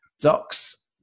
Doc's